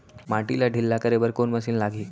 माटी ला ढिल्ला करे बर कोन मशीन लागही?